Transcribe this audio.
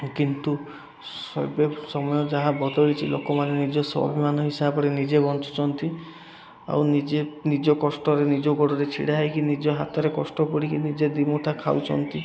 କିନ୍ତୁ ସବ ସମୟ ଯାହା ବଦଳିଛି ଲୋକମାନେ ନିଜ ସ୍ଵାଭିିମାନ ହିସାବରେ ନିଜେ ବଞ୍ଚୁଛନ୍ତି ଆଉ ନିଜେ ନିଜ କଷ୍ଟରେ ନିଜ ଗୋଡ଼ରେ ଛିଡ଼ା ହେଇକି ନିଜ ହାତରେ କଷ୍ଟ କରିକି ନିଜେ ଦୁଇ ମୁଠା ଖାଉଛନ୍ତି